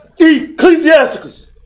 Ecclesiastes